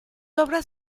obras